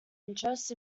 interest